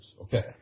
okay